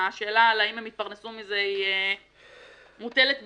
והשאלה אם הם יתפרנסו מזה מוטלת בספק.